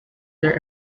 their